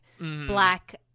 black